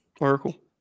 Oracle